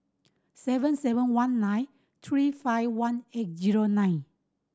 seven seven one nine three five one eight zero nine